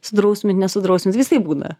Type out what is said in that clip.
sudrausmint nesudrausmint visaip būna